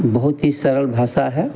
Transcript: बहुत ही सरल भाषा है